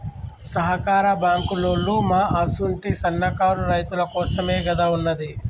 సహకార బాంకులోల్లు మా అసుంటి సన్నకారు రైతులకోసమేగదా ఉన్నది